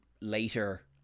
later